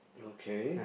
okay